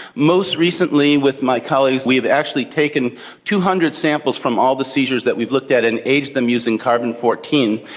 most recently with my colleagues we have actually taken two hundred samples from all the seizures that we've looked at and aged them using carbon fourteen,